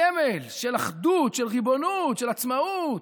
סמל של אחדות, של ריבונות, של עצמאות,